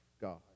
God